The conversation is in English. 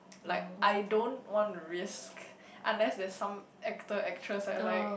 like I don't want risks unless there some actors actual are like